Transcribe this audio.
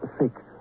six